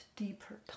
deeper